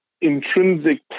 intrinsic